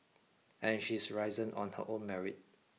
and she's risen on her own merit